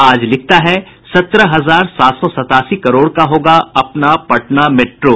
आज लिखता है सत्रह हजार सात सौ सतासी करोड़ का होगा अपना पटना मेट्रो